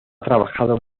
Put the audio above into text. trabajado